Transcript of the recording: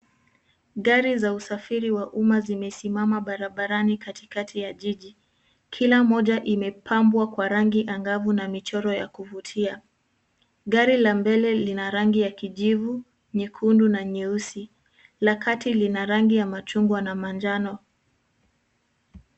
Gari za usafiri wa umma zimesimama barabarani katikati ya jiji. Kila moja imepambwa kwa rangi angavu na michoro ya kuvutia. Gari la mbele lina rangi ya kijivu, nyekundu na nyeusi. La kati lina rangi ya machungwa na manjano.